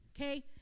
okay